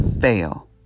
fail